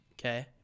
Okay